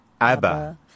Abba